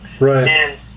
right